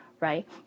right